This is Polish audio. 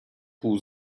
pół